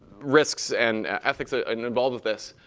risks and ethics i mean involved with this.